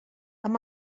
amb